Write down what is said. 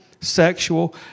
sexual